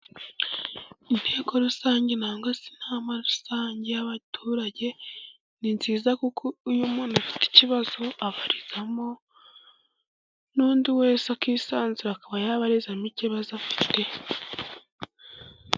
Inteko rusange nangwa se inama rusange y'abaturage, ni nziza kuko iyo umuntu afite ikibazo abarizamo, n'undi wese ufite ikibazo akisanzura akaba yabarizamo ikibazo afite.